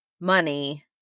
money